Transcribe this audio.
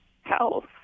health